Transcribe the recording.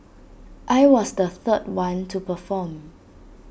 I was the third one to perform